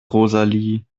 rosalie